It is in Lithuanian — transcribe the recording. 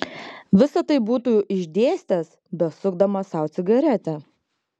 visa tai būtų išdėstęs besukdamas sau cigaretę